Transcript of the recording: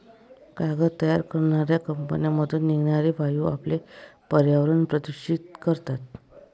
कागद तयार करणाऱ्या कंपन्यांमधून निघणारे वायू आपले पर्यावरण प्रदूषित करतात